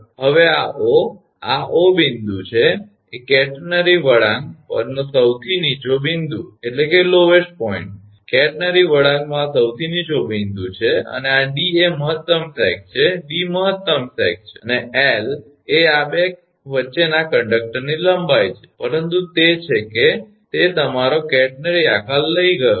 હવે આ 𝑂 આ 𝑂 બિંદુ છે એ કેટેનરી વળાંક પરનો સૌથી નીચો બિંદુ છે કેટરનરી વળાંકનો આ સૌથી નીચો બિંદુ છે અને આ 𝑑 એ મહત્તમ સેગ છે 𝑑 મહત્તમ સેગ છે બરાબર અને 𝑙 એ આ 2 વચ્ચેના કંડક્ટરની લંબાઈ છે પરંતુ તે છે કે તે તમારો કેટરનરી આકાર લઈ ગયો છે